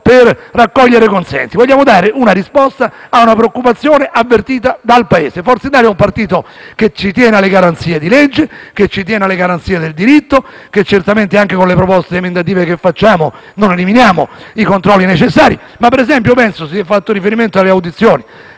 per raccogliere consensi; vogliamo dare una risposta a una preoccupazione avvertita dal Paese. Forza Italia è un partito che ha a cuore le garanzie di legge, che tiene alle garanzie del diritto, per cui certamente, anche con le proposte emendative che facciamo, non eliminiamo i controlli necessari. Si è fatto riferimento alle audizioni